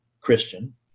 Christian